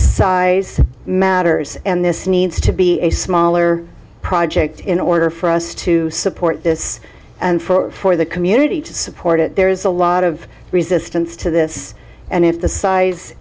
size matters and this needs to be a smaller project in order for us to support this and for the community to support it there is a lot of resistance to this and if the size